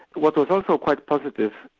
what was also quite positive,